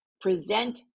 present